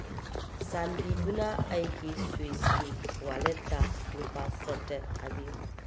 ꯆꯥꯟꯕꯤꯗꯨꯅ ꯑꯩꯒꯤ ꯁ꯭ꯋꯤꯁꯀꯤ ꯋꯥꯂꯦꯠꯇ ꯂꯨꯄꯥ ꯆꯥꯇꯔꯦꯠ ꯊꯥꯕꯤꯌꯨ